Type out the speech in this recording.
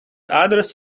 others